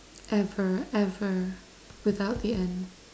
ever ever without the n